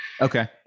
Okay